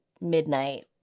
midnight